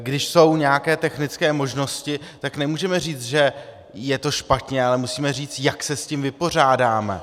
Když jsou nějaké technické možnosti, tak nemůžeme říct, že je to špatně, ale musíme říct, jak se s tím vypořádáme.